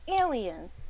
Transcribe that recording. Aliens